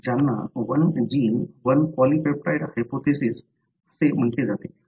ज्यांनी 'one gene one polypeptide hypothesis' असे म्हटले जाते